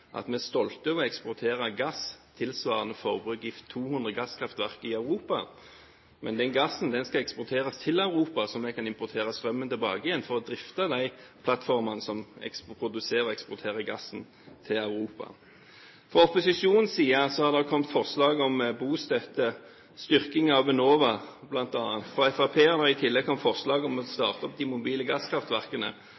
at vi er stolte over å eksportere gass tilsvarende forbruk til 200 gasskraftverk i Europa, men den gassen skal eksporteres til Europa, så vi kan importere strømmen tilbake igjen for å drifte de plattformene som produserer og eksporterer gassen til Europa. Fra opposisjonens side har det kommet forslag om bostøtte, styrking av Enova, bl.a., og Fremskrittspartiet har nå i tillegg et forslag om å